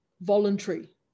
Voluntary